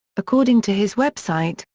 according to his website,